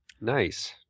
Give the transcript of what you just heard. Nice